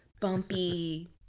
bumpy